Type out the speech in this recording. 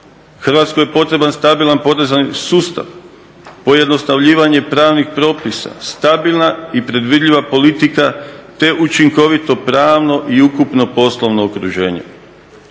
Hrvatskoj je potreban stabilan porezni sustav, pojednostavljivanje pravnih propisa, stabilna i predvidljiva politika te učinkovito pravno i ukupno poslovno okruženje.